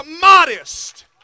modest